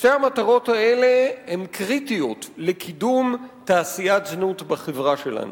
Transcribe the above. שתי המטרות האלה הן קריטיות לקידום תעשיית זנות בחברה שלנו.